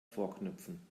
vorknöpfen